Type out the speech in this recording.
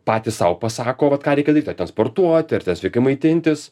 patys sau pasako vat ką reikia daryt ar ten sportuot ar ten sveikai maitintis